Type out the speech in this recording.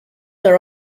are